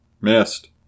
Missed